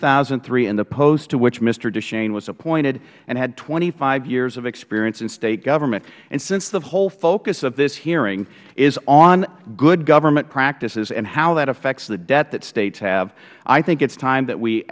thousand and three in the post to which mister duchenne was appointed and had twenty five years of experience in state government and since the whole focus of this hearing is on good government practices and how that affects the debt that states have i think it is time that we